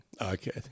okay